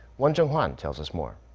won jung-hwan, tells us more.